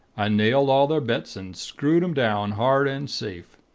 i nailed all their bets, and screwed them down hard and safe.